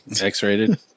X-rated